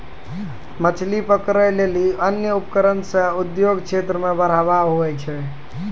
मछली पकड़ै लेली अन्य उपकरण से उद्योग क्षेत्र मे बढ़ावा हुवै छै